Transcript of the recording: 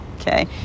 Okay